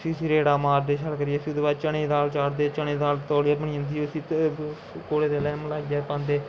फ्ही उस्सी रेड़ मारदे शैल करियै चने दी दाल चाढ़दे चने दी दाल तौले बनी जंदी उस्सी कोड़ै तेलै च मलाइयै पांदे